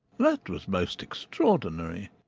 that was most extraordinary.